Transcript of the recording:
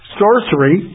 sorcery